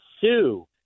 sue